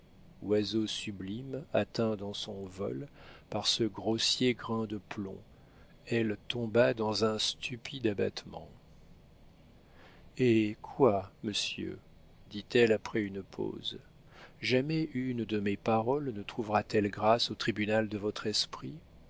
oiseau sublime atteint dans son vol par ce grossier grain de plomb elle tomba dans un stupide abattement hé quoi monsieur dit-elle après une pause jamais une de mes paroles ne trouvera t elle grâce au tribunal de votre esprit